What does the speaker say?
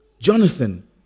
Jonathan